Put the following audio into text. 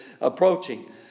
approaching